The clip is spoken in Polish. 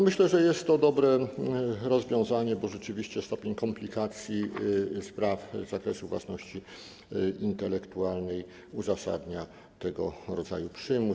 Myślę, że jest to dobre rozwiązanie, bo rzeczywiście stopień komplikacji spraw z zakresu własności intelektualnej uzasadnia tego rodzaju przymus.